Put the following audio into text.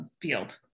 field